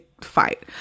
fight